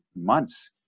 months